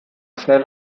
schnell